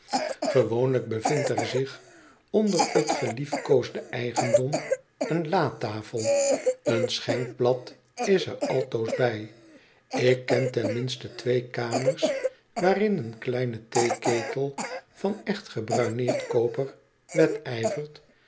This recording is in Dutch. bevindt er zich onder t geliefkoosde eigendom een latafel een schenkblad is er altoos bij ik ken ten minste twee kamers waarin een kleine theeketel van echt gebruineerd koper wedijvert